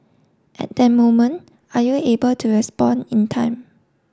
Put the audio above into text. at that moment are you able to respond in time